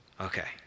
Okay